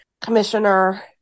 commissioner